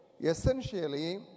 essentially